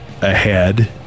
ahead